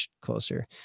closer